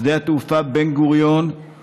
שדה התעופה בן-גוריון,